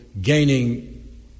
gaining